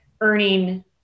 earning